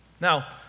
Now